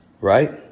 right